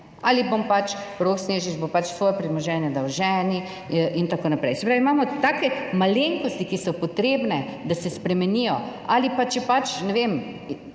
ali Rok Snežič bo pač svoje premoženje dal ženi in tako naprej. Se pravi, imamo take malenkosti, ki so potrebne, da se spremenijo ali pa če pač, ne vem,